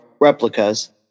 replicas